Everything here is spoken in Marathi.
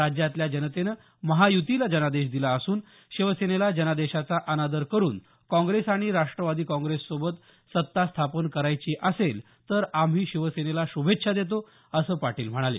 राज्यातल्या जनतेनं महायुतीला जनादेश दिला असून शिवसेनेला जनादेशाचा अनादर करुन काँग्रेस आणि राष्ट्रवादी काँग्रेससोबत सत्ता स्थापन करायची असेल तर आम्ही शिवसेनेला शुभेच्छा देतो असं पाटील म्हणाले